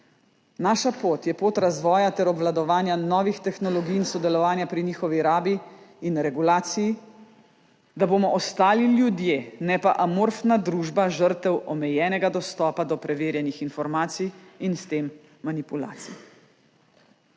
Naša pot je pot razvoja ter obvladovanja novih tehnologij in sodelovanja pri njihovi rabi in regulaciji, da bomo ostali ljudje, ne pa amorfna družba, žrtev omejenega dostopa do preverjenih informacij in s tem manipulacij.